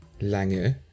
Lange